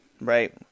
right